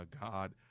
God